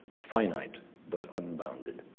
finite but unbounded.